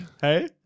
Hey